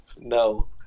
No